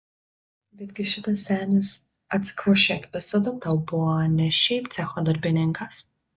betgi šitas senis atsikvošėk visada tau buvo ne šiaip cecho darbininkas